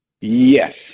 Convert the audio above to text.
Yes